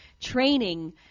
training